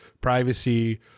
privacy